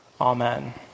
Amen